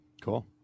Cool